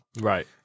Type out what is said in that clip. Right